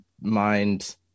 mind